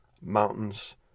mountains